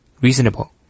reasonable